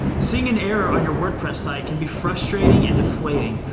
seeing an error on your wordpress site can be frustrating and deflating,